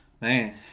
Man